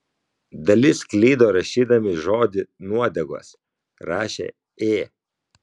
dalis klydo rašydami žodį nuodegos rašė ė